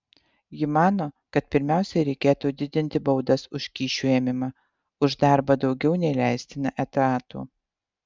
ji mano kad pirmiausia reikėtų didinti baudas už kyšių ėmimą už darbą daugiau nei leistina etatų